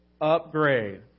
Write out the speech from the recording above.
upgrade